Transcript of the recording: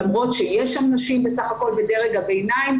למרות שיש שם נשים בסך הכל בדרג הביניים,